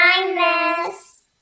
kindness